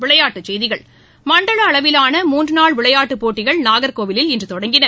விளைபாட்டுச் செய்திகள் மண்டல அளவிலான மூன்று நாள் விளையாட்டுப் போட்டிகள் நாகர்கோவிலில் இன்று தொடங்கின